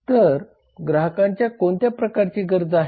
तर ग्राहकांच्या कोणत्या प्रकारची गरजा आहेत